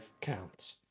counts